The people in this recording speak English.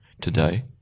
Today